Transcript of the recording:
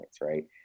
right